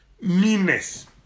meanness